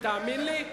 ותאמין לי,